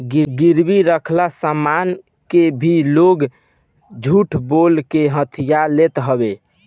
गिरवी रखल सामान के भी लोग झूठ बोल के हथिया लेत हवे